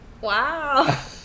wow